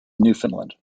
newfoundland